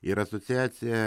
ir asociacija